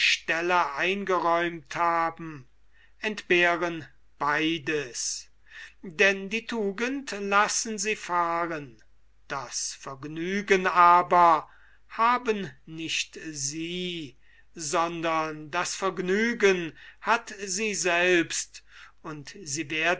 eingeräumt haben entbehren beides denn die tugend lassen sie fahren das vergnügen aber haben nicht sie sondern das vergnügen hat sie selbst und sie werden